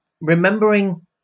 remembering